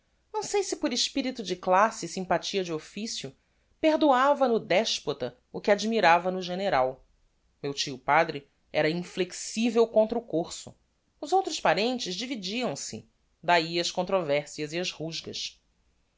não sei se por espirito de classe e sympathia de officio perdoava no despota o que admirava no general meu tio padre era inflexivel contra o corso os outros parentes dividiam se dahi as controversias e as rusgas